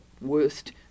worst